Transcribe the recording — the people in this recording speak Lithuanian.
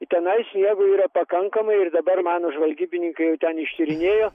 tenais jeigu yra pakankamai ir dabar mano žvalgybininkai jau ten ištyrinėjo